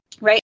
right